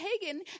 Hagen